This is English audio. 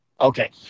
Okay